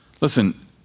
listen